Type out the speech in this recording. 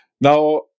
Now